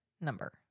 number